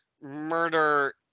murder